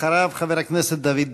אחריו, חבר הכנסת דוד ביטן.